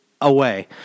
away